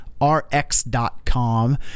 rx.com